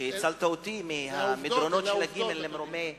שהצלת אותי מהמדרונות של הגימ"ל למרומי ה"ריין".